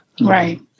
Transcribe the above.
Right